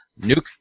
Nuke